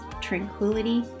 tranquility